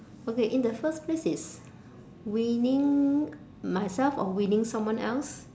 okay in the first place is winning myself or winning someone else